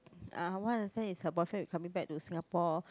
uh what I understand is her boyfriend will be coming back to Singapore